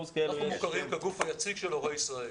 אנחנו מוכרים כגוף היציג של הורי ישראל.